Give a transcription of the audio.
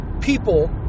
people